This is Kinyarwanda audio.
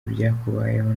byakubayeho